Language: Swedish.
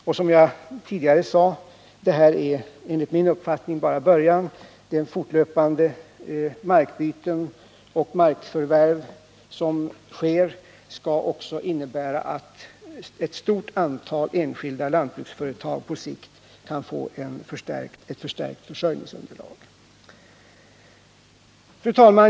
Och som jag nyss sade: det som hittills har skett är enligt min mening bara börja De fortlöpande markbyten och markförvärv som sker skall också innebära att ett stort antal enskilda lantbruksföretag på sikt kan få ett förstärkt försörjningsunderlag. Fru talman!